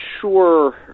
sure